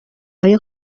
های